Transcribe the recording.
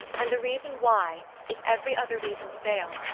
and the reason why, if every other reason failed,